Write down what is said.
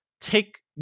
take